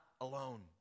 alone